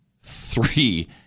three